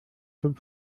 zum